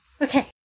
okay